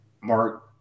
Mark